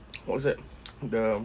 what was that the